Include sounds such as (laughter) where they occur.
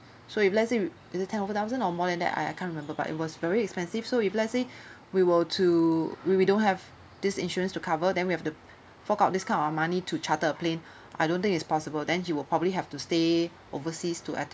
so if let's say you is it ten over thousand or more than that I I can't remember but it was very expensive so if let's say (breath) we were to we we don't have this insurance to cover then we have to fork out this kind of money to charter a plane (breath) I don't think it's possible then he will probably have to stay overseas to